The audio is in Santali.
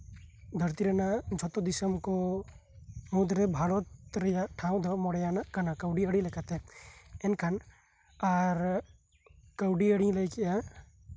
ᱫᱷᱟᱨᱛᱤ ᱨᱮᱱᱟᱜ ᱡᱷᱚᱛᱚ ᱫᱤᱥᱚᱢ ᱠᱚ ᱢᱩᱫᱽ ᱨᱮ ᱵᱷᱟᱨᱚᱛ ᱨᱮᱭᱟᱜ ᱴᱷᱟᱶ ᱫᱚ ᱢᱚᱬᱮᱭᱟᱱᱟᱜ ᱠᱟᱱᱟ ᱠᱟᱹᱣᱤ ᱟᱹᱨᱤ ᱞᱮᱠᱟᱛᱮ ᱮᱱᱠᱷᱟᱱ ᱟᱨ ᱠᱟᱹᱣᱰᱤ ᱟᱨᱤ ᱞᱟᱹᱭ ᱠᱮᱫᱼᱟ